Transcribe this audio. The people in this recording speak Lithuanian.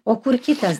o kur kitas